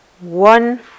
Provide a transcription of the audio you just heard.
one